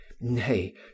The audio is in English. Nay